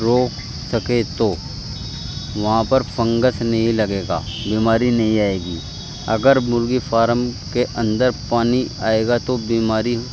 روک سکے تو وہاں پر فنگس نہیں لگے گا بیماری نہیں آئے گی اگر مرغی فارم کے اندر پانی آئے گا تو بیماری